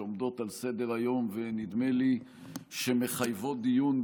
שעומדות על סדר-היום ונדמה לי שמחייבות דיון,